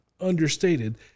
understated